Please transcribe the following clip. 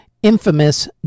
Infamous